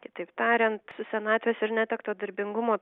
kitaip tariant su senatvės ir netekto darbingumo